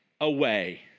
away